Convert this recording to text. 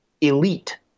elite